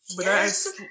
Yes